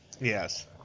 Yes